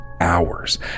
hours